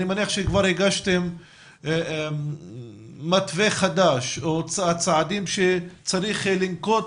אני מניח שכבר הגשתם מתווה חדש או צעדים בהם צריך לנקוט